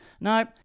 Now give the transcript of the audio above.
No